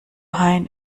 hein